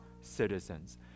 citizens